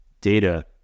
data